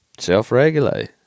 self-regulate